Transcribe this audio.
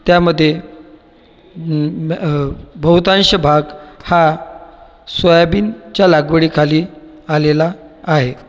त्यामध्ये बहुतांश भाग हा सोयाबीनच्या लागवडीखाली आलेला आहे